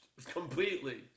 Completely